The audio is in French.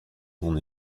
son